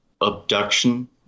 abduction